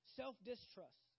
self-distrust